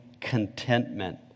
contentment